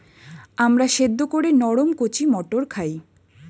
আমরা সেদ্ধ করে নরম কচি মটর খাই